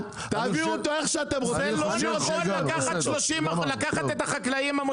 איך אני יכול לתכנן כמויות 30% מהחקלאים?